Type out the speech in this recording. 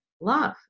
love